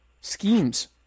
schemes